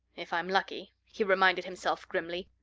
if i'm lucky, he reminded himself grimly.